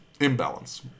imbalance